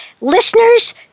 Listeners